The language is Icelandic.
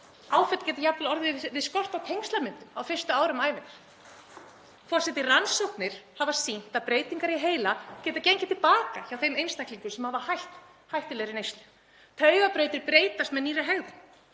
Áföll geti jafnvel orðið við skort á tengslamyndun á fyrstu árum ævinnar. Rannsóknir hafa sýnt að breytingar í heila geta gengið til baka hjá þeim einstaklingum sem hafa hætt hættulegri neyslu. Taugabrautir breytast með nýrri hegðun.